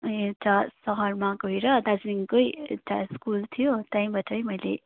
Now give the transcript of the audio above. यता सहरमा गएर दार्जिलिङकै यता स्कुल थियो त्यहीँबाटै मैले